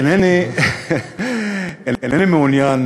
אינני מעוניין,